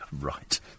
right